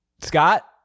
Scott